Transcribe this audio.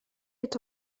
est